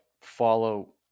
follow